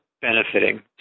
benefiting